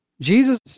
Jesus